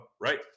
right